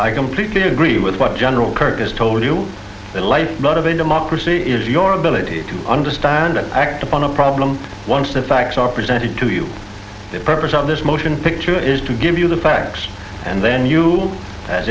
i completely agree with what general curtis told you the life not of a democracy is your ability to understand and act upon a problem once the facts are presented to you the purpose of this motion picture is to give you the facts and then you as